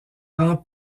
rend